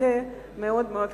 שזה מאוד מאוד חשוב.